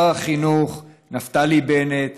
שר החינוך נפתלי בנט,